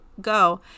go